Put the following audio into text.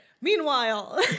Meanwhile